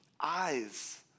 eyes